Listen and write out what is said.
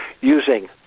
using